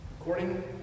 According